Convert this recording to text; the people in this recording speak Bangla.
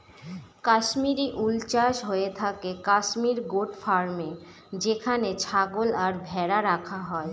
কাশ্মিরী উল চাষ হয়ে থাকে কাশ্মির গোট ফার্মে যেখানে ছাগল আর ভেড়া রাখা হয়